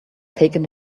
taking